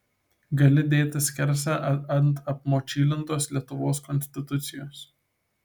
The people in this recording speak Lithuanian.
gali dėti skersą ant apmočylintos lietuvos konstitucijos